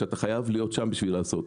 שאתה חייב להיות שם בשביל לעשות.